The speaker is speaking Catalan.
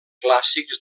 clàssics